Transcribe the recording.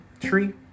tree